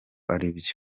aribyo